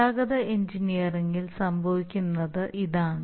ഗതാഗത എഞ്ചിനീയറിംഗിൽ സംഭവിക്കുന്നത് ഇതാണ്